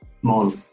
small